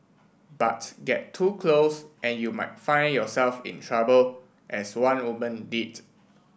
but get too close and you might find yourself in trouble as one woman did